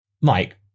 Mike